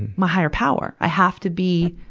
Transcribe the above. my higher power. i have to be,